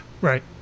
Right